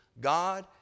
God